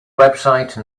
website